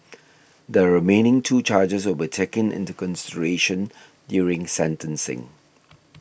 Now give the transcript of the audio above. the remaining two charges will be taken into consideration during sentencing